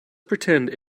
pretend